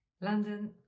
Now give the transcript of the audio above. London